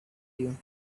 you